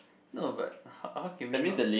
no but how how can we not